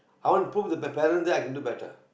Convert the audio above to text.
I want prove to the parents that I can do better